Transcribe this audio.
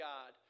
God